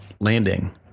landing